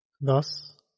Thus